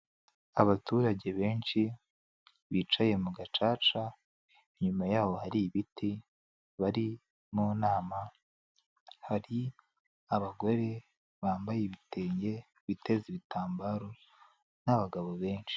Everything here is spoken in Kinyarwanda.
Abaturage benshi bicaye mu gacaca inyuma yaho hari ibiti bari mu nama hari abagore bambaye ibitenge biteza ibitambaro n'abagabo benshi.